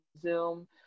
Zoom